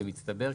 במצטבר,